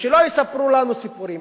ושלא יספרו לנו סיפורים.